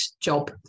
job